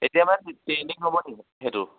এতিয়া মানে ট্ৰেইনিং হ'ব নেকি সেইটো